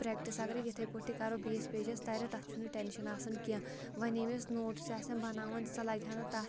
practice اگر یِتھٕے پٲٹھۍ تہِ کَرو بیٚیِس پیجَس تَرِ تَتھ چھُنہٕ ٹٮ۪نشَن آسان کیٚنٛہہ وَنہِ ییٚمِس نوٹٕس چھِ آسان بَناوَان سۄ لَگہِ ہَن تَتھ